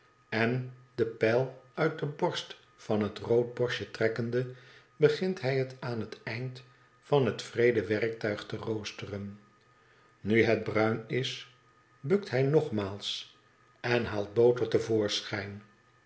en den pijl uit de borst van het roodborstje trekkende begint hij het aan het eind van het wreede werktuig te roosteren nu het bruin is bukt hij nogmaals en haalt boter